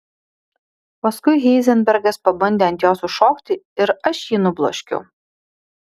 paskui heizenbergas pabandė ant jos užšokti ir aš jį nubloškiau